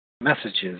messages